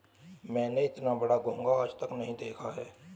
मैंने इतना बड़ा घोंघा आज तक नही देखा है